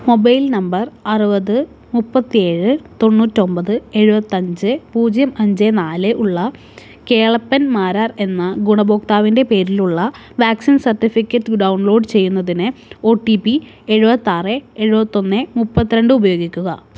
mobile number അറുപത് മുപ്പത്തേഴ് തൊണ്ണൂറ്റൊമ്പത് എഴുപത്തഞ്ച് പൂജ്യം അഞ്ച് നാല് ഉള്ള കേളപ്പൻ മാരാർ എന്ന ഗുണഭോക്താവിൻ്റെ പേരിലുള്ള വാക്സിൻ സർട്ടിഫിക്കറ്റ് ഡൗൺലോഡ് ചെയ്യുന്നതിന് ഒ ടി പി എഴുപത്താറ് എഴുപത്തൊന്ന് മുപ്പത്തിരണ്ട് ഉപയോഗിക്കുക